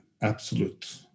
absolute